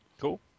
Cool